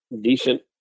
decent